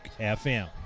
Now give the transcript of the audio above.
FM